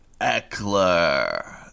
Eckler